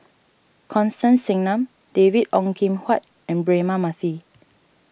Constance Singam David Ong Kim Huat and Braema Mathi